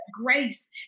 grace